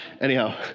anyhow